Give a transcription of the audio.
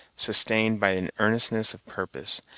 sustained by an earnestness of purpose,